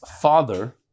father